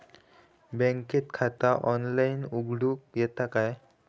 बँकेत खाता ऑनलाइन उघडूक येता काय?